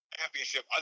championship